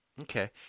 Okay